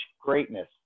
greatness